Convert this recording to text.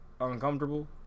uncomfortable